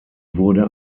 wurde